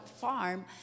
farm